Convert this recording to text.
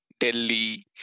Delhi